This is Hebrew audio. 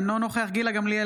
אינו נוכח גילה גמליאל,